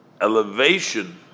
elevation